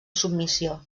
submissió